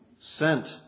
sent